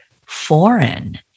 foreign